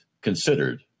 considered